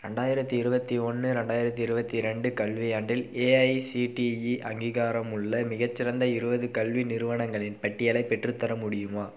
ரெண்டாயிரத்தி இருபத்தி ஒன்று ரெண்டாயிரத்தி இருபத்தி ரெண்டு கல்வியாண்டில் ஏஐசிடிஇ அங்கீகாரமுள்ள மிகச்சிறந்த இருபது கல்வி நிறுவனங்களின் பட்டியலை பெற்றுத்தர முடியுமா